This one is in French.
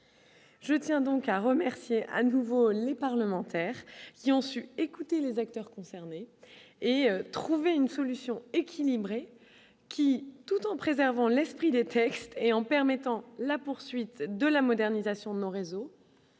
Je tiens donc à remercier à nouveau les parlementaires qui ont su écouter les acteurs concernés et trouver une solution équilibrée qui, tout en préservant l'esprit des textes et en permettant la poursuite de la modernisation de nos réseaux.